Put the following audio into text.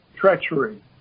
treachery